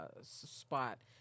Spot